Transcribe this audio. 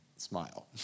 Smile